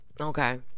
Okay